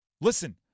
Listen